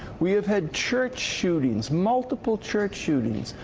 we have had church shootings, multiple church shootings,